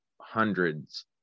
hundreds